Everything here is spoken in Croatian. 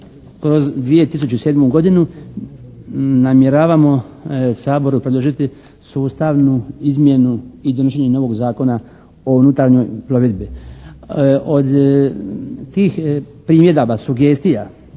kroz 2007. godinu namjeravamo Saboru predložiti sustavnu izmjenu i donošenje novog Zakona o unutarnjoj plovidbi. Od tih primjedaba, sugestija